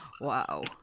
Wow